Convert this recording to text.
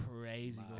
crazy